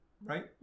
right